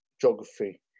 geography